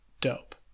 dope